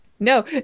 No